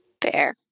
bear